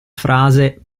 frase